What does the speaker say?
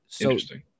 Interesting